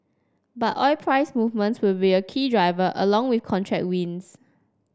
but oil price movements will be a key driver along with contract wins